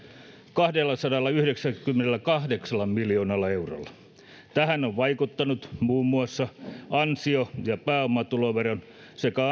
kahdellasadallayhdeksälläkymmenelläkahdeksalla miljoonalla eurolla tähän on vaikuttanut muun muassa ansio ja pääomatuloveron sekä